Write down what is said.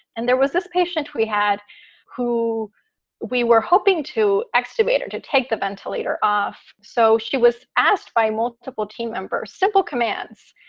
and there was this patient we had who we were hoping to excavator to take the ventilator off. so she was asked by multiple team members, simple commands,